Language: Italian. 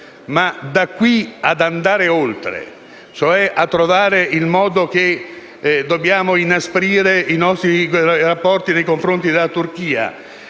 Ma da qui ad andare oltre, cioè a dire che dobbiamo inasprire i nostri rapporti nei confronti della Turchia,